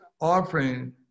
offering